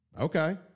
Okay